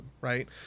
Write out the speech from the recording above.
right